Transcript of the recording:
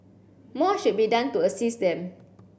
more should be done to assist them